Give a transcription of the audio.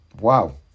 Wow